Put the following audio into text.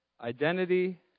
Identity